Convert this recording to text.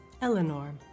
Eleanor